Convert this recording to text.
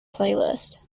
playlist